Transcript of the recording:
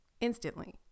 instantly